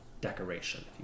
decoration